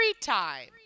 time